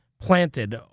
planted